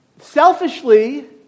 Selfishly